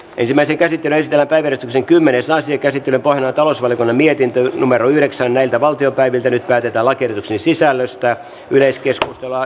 ensimmäisen käsittelee tätä vertasin kymmenes lasi käsityöpaja talousvaliokunnan mietintö numero yhdeksän näiltä valtiopäiviltä nyt väitetä lakien sisällöstä yleiskeskustelua